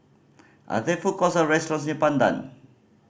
are there food courts or restaurants near Pandan